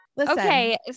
Okay